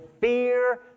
fear